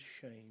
shame